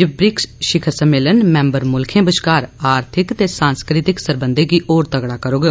जे BRICS शिखर सम्मेलन member मुल्खें बश्कार आर्थिक ते सांस्कृतिक सरबंधे गी होर तगड़ा करोग